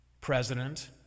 president